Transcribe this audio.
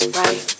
right